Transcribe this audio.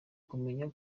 kumenya